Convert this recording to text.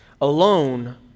Alone